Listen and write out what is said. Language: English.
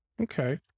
Okay